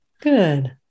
Good